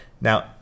now